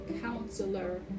counselor